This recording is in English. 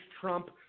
Trump